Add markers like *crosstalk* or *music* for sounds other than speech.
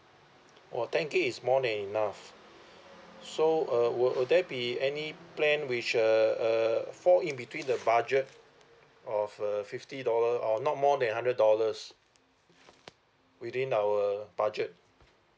!wah! ten gb is more than enough *breath* so uh will will there be any plan which uh fall in between the budget of a fifty dollar or not more than hundred dollars within our budget